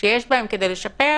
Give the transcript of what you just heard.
שיש בהן כפי לשפר,